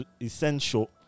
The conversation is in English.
essential